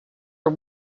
are